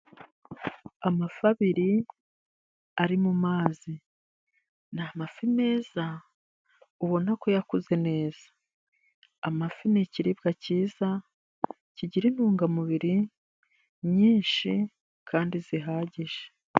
Amafi abiri ari mu mazi .Ni amafi meza ubona ko yakuze neza . Amafi ni ikiribwa cyiza ,kigira intungamubiri nyinshi kandi zihagije.